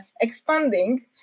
expanding